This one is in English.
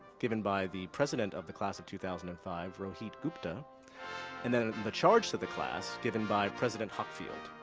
given by the president of the class of two thousand and five, rohit gupta and then the charge to the class given by president hockfield.